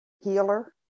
healer